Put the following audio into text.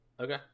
okay